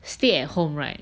stay at home right